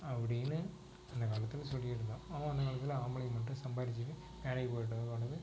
அப்படின்னு அந்தக் காலத்தில் சொல்லி இருந்தோம் ஆமாம் அந்தக் காலத்தில் ஆம்பளைங்க மட்டும் சம்பாரித்திட்டு வேலைக்கு போயிட்டு வருவாங்க வந்து